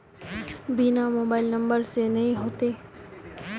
बिना mobile number से नहीं होते?